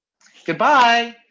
Goodbye